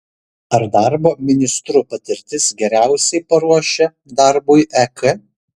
ar darbo ministru patirtis geriausiai paruošia darbui ek